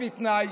בתנאי,